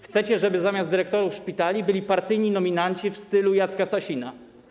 Chcecie, żeby zamiast dyrektorów szpitalami zarządzali partyjni nominaci w stylu Jacka Sasina.